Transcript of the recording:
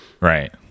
Right